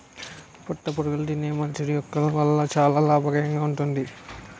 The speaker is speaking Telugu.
పట్టుపురుగులు తినే మల్బరీ మొక్కల వల్ల చాలా లాభదాయకంగా ఉంది